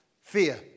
fear